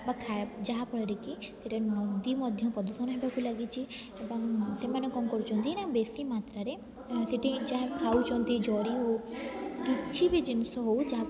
ବା ଖାଇବା ଯାହାଫଳରେ କି ସେଟା ନଦୀ ମଧ୍ୟ ପ୍ରଦୂଷଣ ହେବାକୁ ଲାଗିଛି ଏବଂ ସେମାନେ କଣ କରୁଛନ୍ତି ନା ବେଶୀ ମାତ୍ରାରେ ସେଠି ଯାହା ଖାଉଛନ୍ତି ଜରି ହେଉ କିଛି ବି ଜିନିଷ ହେଉ